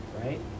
Right